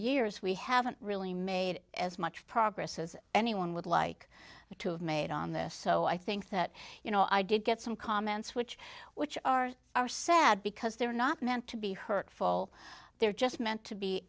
years we haven't really made as much progress as anyone would like to have made on this so i think that you know i did get some comments which which are are sad because they're not meant to be hurtful they're just meant to be